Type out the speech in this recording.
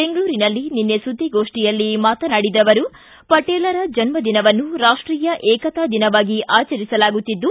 ಬೆಂಗಳೂರಿನಲ್ಲಿ ನಿನ್ನೆ ಸುದ್ದಿಗೋಷ್ಠಿಯಲ್ಲಿ ಮಾತನಾಡಿದ ಅವರು ಪಟೇಲ್ರ ಜನ್ನದಿನವನ್ನು ರಾಷ್ಲೀಯ ಏಕತಾ ದಿನವಾಗಿ ಆಚರಿಸಲಾಗುತ್ತಿದ್ದು